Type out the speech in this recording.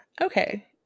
Okay